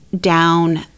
down